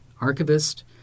Archivist